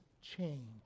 change